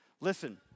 Listen